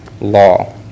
law